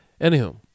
Anywho